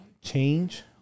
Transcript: change